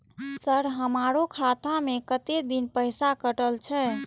Sir हमारो खाता में कतेक दिन पैसा कटल छे?